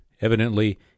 evidently